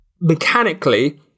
mechanically